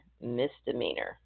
misdemeanor